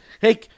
Hey